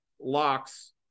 Locks